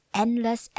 endless